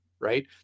Right